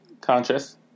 conscious